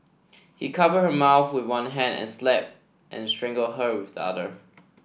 he covered her mouth with one hand and slapped and strangled her with the other